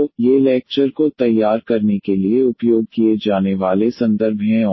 तो ये लेक्चर को तैयार करने के लिए उपयोग किए जाने वाले संदर्भ हैं और